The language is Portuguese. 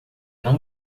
não